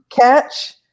catch